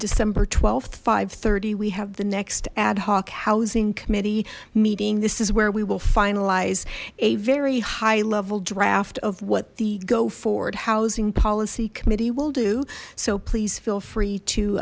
december th five thirty we have the next ad hoc housing committee meeting this is where we will finalize a very high level draft of what the go forward housing policy committee will do so please feel free to